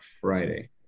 Friday